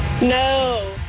No